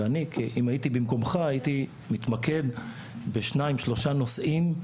ואני אם הייתי במקומך הייתי מתמקד בשניים שלושה נושאים,